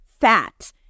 fat